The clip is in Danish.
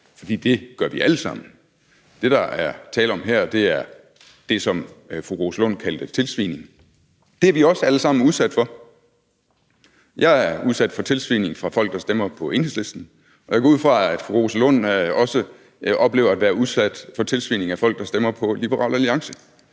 for det gør vi alle sammen. Det, der er tale om her, er det, som fru Rosa Lund kaldte tilsvining. Det er vi også alle sammen udsat for. Jeg er udsat for tilsvining fra folk, der stemmer på Enhedslisten, og jeg går ud fra, at fru Rosa Lund også oplever at være udsat for tilsvining fra folk, der stemmer på Liberal Alliance,